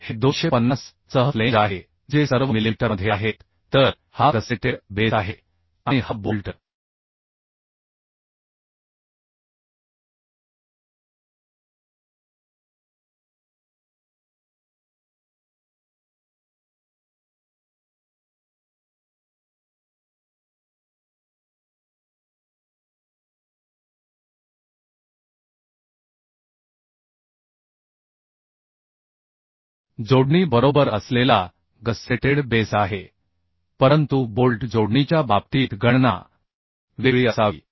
हे 250 सह फ्लेंज आहे जे सर्व मिलिमीटरमध्ये आहेत तर हा गस्सेटेड बेस आहे आणि हा बोल्ट जोडणी बरोबर असलेला गस्सेटेड बेस आहे परंतु बोल्ट जोडणीच्या बाबतीत गणना वेगळी असावी